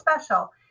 special